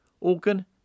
organ